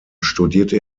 studierte